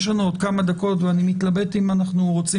יש לנו עוד כמה דקות ואני מתלבט אם אנחנו רוצים